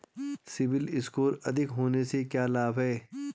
CIBIL score अधिक होने से क्या लाभ हैं?